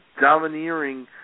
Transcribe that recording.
domineering